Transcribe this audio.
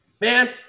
man